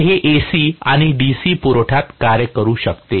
तर हे AC आणि DC पुरवठ्यात कार्य करू शकते